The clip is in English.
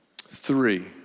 three